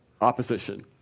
Opposition